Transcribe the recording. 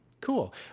Cool